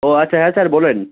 ও আচ্ছা হ্যাঁ স্যার বলুন